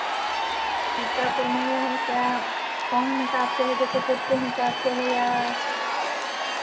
सीतापुर में जो है क्या कौन हिसाब से है जैसे फ़ुट के हिसाब से है या